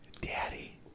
Daddy